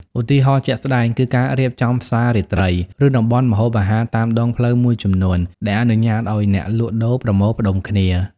ឧទាហរណ៍ជាក់ស្តែង គឺការរៀបចំផ្សាររាត្រី ឬតំបន់ម្ហូបអាហារតាមដងផ្លូវមួយចំនួន ដែលអនុញ្ញាតឱ្យអ្នកលក់ដូរប្រមូលផ្តុំគ្នា ។